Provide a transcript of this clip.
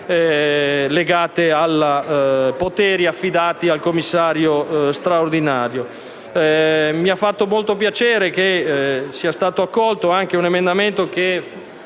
legate al potere del Commissario straordinario. Mi ha fatto molto piacere che sia stato accolto anche un emendamento che